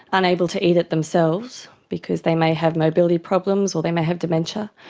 unable to eat it themselves because they may have mobility problems or they may have dementia,